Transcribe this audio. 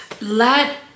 let